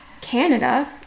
Canada